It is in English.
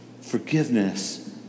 forgiveness